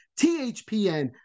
THPN